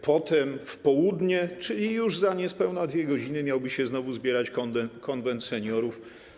Potem, w południe, czyli już za niespełna 2 godziny, miałby się znowu zebrać Konwent Seniorów.